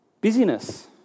Busyness